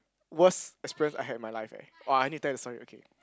worst experience I had in my life eh !wah! I need to tell you the story okay